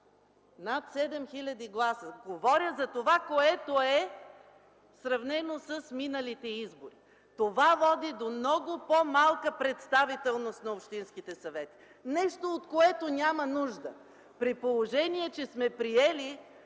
над 7000 гласа. Говоря за това, което е, сравнено с миналите избори. Това води до много по-малко представителност на общинските съвети. Нещо, от което няма нужда, при положение че сме приели